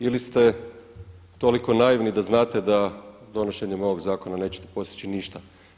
Ili ste toliko naivni da znate da donošenjem ovoga zakona nećete postići ništa.